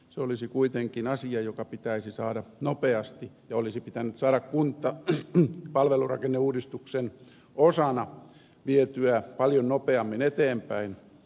se olisi kuitenkin asia joka pitäisi saada nopeasti ja olisi pitänyt saada kunta ja palvelurakenneuudistuksen osana vietyä paljon nopeammin eteenpäin